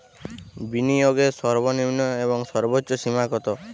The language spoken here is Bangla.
বিনিয়োগের সর্বনিম্ন এবং সর্বোচ্চ সীমা কত?